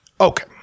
Okay